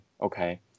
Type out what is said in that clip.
okay